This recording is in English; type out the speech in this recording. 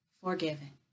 forgiven